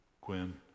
Quinn